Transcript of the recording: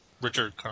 Richard